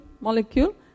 molecule